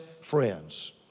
friends